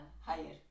higher